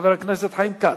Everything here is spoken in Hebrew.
חבר הכנסת חיים כץ.